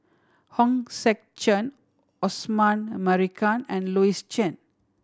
Hong Sek Chern Osman Merican and Louis Chen